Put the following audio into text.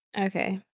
Okay